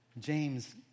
James